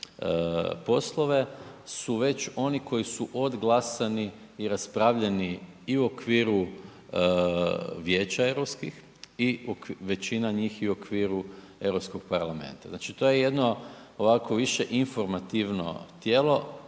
poslove su već oni koji su doglasani i raspravljani i u okviru vijeća europski i većina njih i u okviru Europskog parlamenta, znači to je jedno ovako više informativno tijelo,